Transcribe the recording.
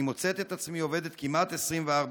אני מוצאת את עצמי עובדת כמעט 24/7,